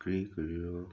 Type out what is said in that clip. ꯀꯔꯤ ꯀꯔꯤꯔ